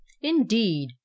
indeed